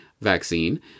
vaccine